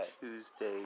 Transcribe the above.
Tuesday